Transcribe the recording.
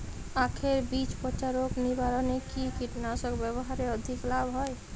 আঁখের বীজ পচা রোগ নিবারণে কি কীটনাশক ব্যবহারে অধিক লাভ হয়?